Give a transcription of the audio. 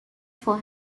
for